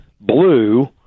blue